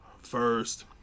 first